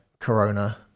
corona